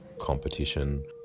competition